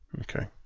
Okay